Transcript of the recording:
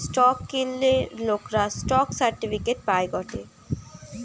stock কিনলে লোকরা stock certificate পায় গটে